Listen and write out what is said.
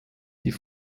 die